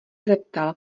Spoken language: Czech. zeptal